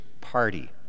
party